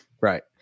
Right